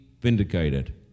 vindicated